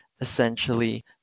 essentially